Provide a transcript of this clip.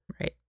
Right